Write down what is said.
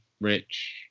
rich